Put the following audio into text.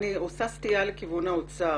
אני עושה סטייה לכיוון האוצר.